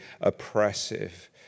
oppressive